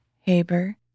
Haber